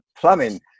plumbing